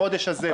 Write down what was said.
בחודש הזה,